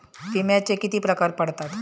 विम्याचे किती प्रकार पडतात?